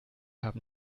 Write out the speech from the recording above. haben